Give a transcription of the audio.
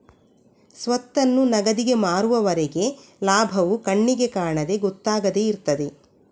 ಸ್ವತ್ತನ್ನು ನಗದಿಗೆ ಮಾರುವವರೆಗೆ ಲಾಭವು ಕಣ್ಣಿಗೆ ಕಾಣದೆ ಗೊತ್ತಾಗದೆ ಇರ್ತದೆ